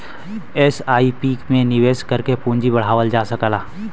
SIP में निवेश करके पूंजी बढ़ावल जा सकला